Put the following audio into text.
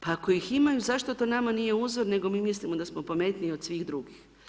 Pa ako ih imaju, zašto to nama nije uzor, nego mi mislimo da smo pametniji od svih drugih.